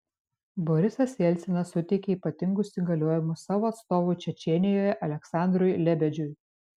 borisas jelcinas suteikė ypatingus įgaliojimus savo atstovui čečėnijoje aleksandrui lebedžiui